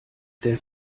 der